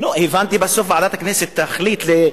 הבנתי בסוף, ועדת הכנסת תחליט.